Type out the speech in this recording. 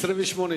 מ-28,